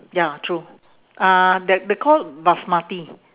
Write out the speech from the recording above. ya true uh they~ they're called basmati